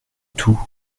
tout